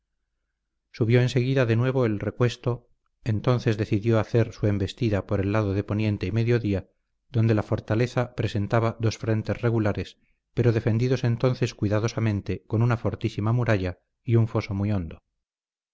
subió enseguida de nuevo el recuesto entonces decidió hacer su embestida por el lado de poniente y mediodía donde la fortaleza presenta dos frentes regulares pero defendidos entonces cuidadosamente con una fortísima muralla y un foso muy hondo